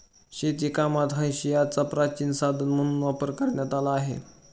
शेतीकामात हांशियाचा प्राचीन साधन म्हणून वापर करण्यात आला आहे